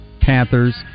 Panthers